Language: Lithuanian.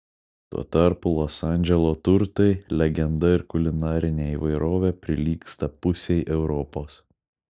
tuo tarpu los andželo turtai legenda ir kulinarinė įvairovė prilygsta pusei europos